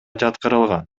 жаткырылган